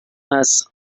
هست